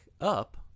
up